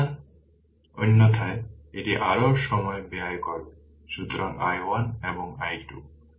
সমাধান সুতরাং অন্যথায় এটি আরও সময় ব্যয় করবে সুতরাং i1 এবং i2